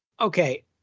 okay